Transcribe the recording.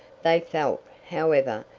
they felt, however,